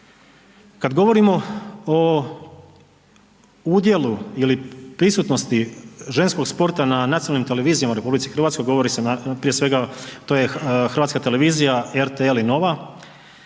Kada govorimo o udjelu ili prisutnosti ženskog sporta na nacionalnim televizijama u Republici Hrvatskoj, govori se prije svega to je Hrvatska televizija, RTL i Nova.